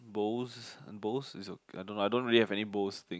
bose bose is a I don't know I don't really have any bose thing